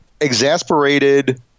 exasperated